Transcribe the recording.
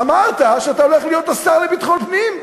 ואמרת שאתה הולך להיות השר לביטחון פנים.